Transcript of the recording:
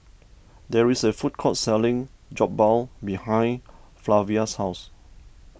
there is a food court selling Jokbal behind Flavia's house